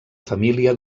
família